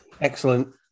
excellent